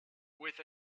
with